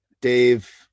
Dave